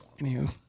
Anywho